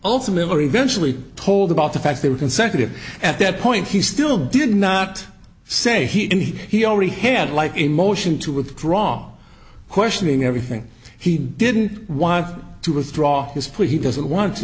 member eventually told about the fact they were consecutive at that point he still did not say he he already had like a motion to withdraw questioning everything he didn't want to withdraw his plea he doesn't want